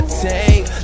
take